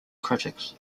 critics